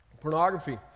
pornography